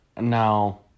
now